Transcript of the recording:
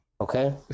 Okay